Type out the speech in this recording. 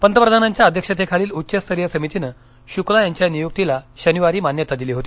पंतप्रधानांच्या अध्यक्षतेखालील उच्च स्तरीय समितीनं शुक्ला यांच्या नियुक्तीला शनिवारी मान्यता दिली होती